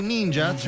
Ninja